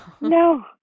No